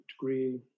degree